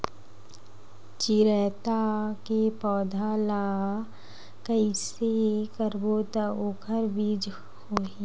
चिरैता के पौधा ल कइसे करबो त ओखर बीज होई?